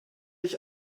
ich